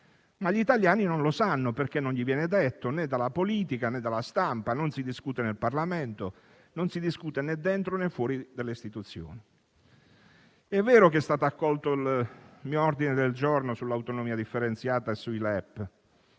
ma gli italiani non lo sanno, perché non viene detto loro, né dalla politica, né dalla stampa, e non si discute nel Parlamento, né dentro, né fuori dalle istituzioni. È vero che è stato accolto l'ordine del giorno a mia firma sull'autonomia differenziata e sui LEP